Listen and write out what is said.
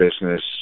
business